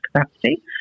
capacity